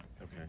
Okay